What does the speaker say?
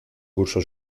curso